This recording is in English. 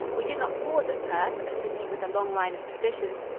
we did not pause at perth, a city with a long line of traditions,